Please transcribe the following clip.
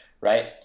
right